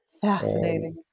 Fascinating